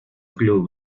club